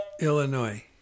Illinois